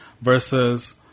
versus